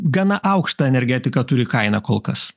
gana aukštą energetiką turi kaina kol kas